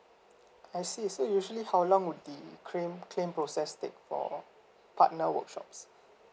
I see so usually how long would the cramp claim process take for partner workshops